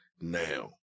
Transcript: now